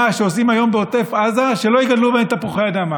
שעושים היום בעוטף עזה כשלא יגדלו בהם תפוחי אדמה?